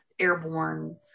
airborne